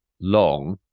long